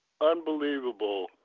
unbelievable